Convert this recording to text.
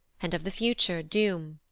and of the future doom,